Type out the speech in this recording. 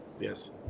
Yes